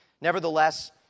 Nevertheless